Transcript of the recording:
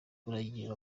buragira